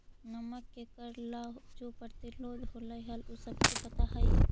नमक के कर ला जो प्रतिरोध होलई हल उ सबके पता हई